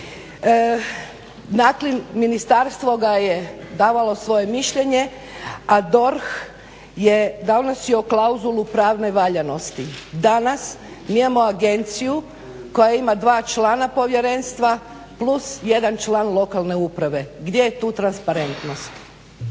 Zatim, ministarstvo je davalo svoje mišljenje, a DORH je donosio klauzulu pravne valjanosti. Danas mi imamo agenciju koja ima dva člana povjerenstva plus jedan član lokalne uprave. Gdje je tu transparentnost?